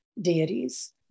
deities